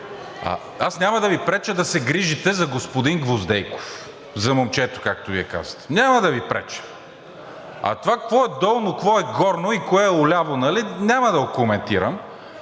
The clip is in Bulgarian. Аз няма да Ви преча да се грижите за господин Гвоздейков, за момчето, както Вие казвате, няма да Ви преча. А това какво е долно, какво е горно и кое е у ляво, нали, няма да го коментирам.